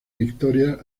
victoria